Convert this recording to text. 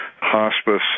hospice